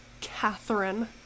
Catherine